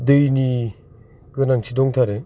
दैनि गोनांथि दंथारो